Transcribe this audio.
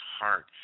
heart